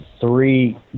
three